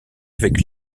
avec